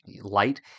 light